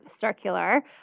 Circular